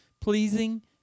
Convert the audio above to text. pleasing